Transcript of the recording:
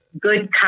good